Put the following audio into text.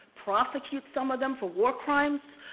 prosecute some of them for war crimes,